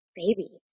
baby